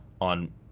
on